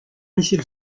missiles